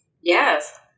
yes